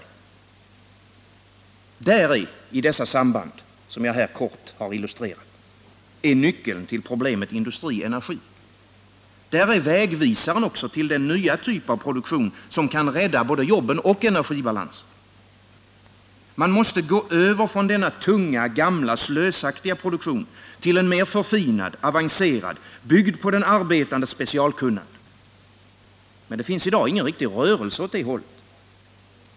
Där är — i de samband som jag här har illustrerat — nyckeln till problemet industri-energi. Där är också vägvisaren till den nya typ av produktion som kan rädda både jobben och energibalansen. Man måste gå över från denna tunga, gamla, slösaktiga produktion till en mer förfinad, avancerad, byggd på den arbetandes specialkunnande. Men det finns i dag ingen riktig rörelse åt det hållet.